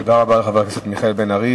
תודה רבה לחבר הכנסת מיכאל בן-ארי.